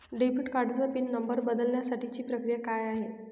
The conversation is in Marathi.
डेबिट कार्डचा पिन नंबर बदलण्यासाठीची प्रक्रिया काय आहे?